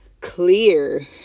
clear